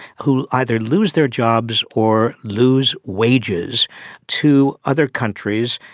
who either lose their jobs or lose wages to other countries.